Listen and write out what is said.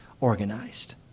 organized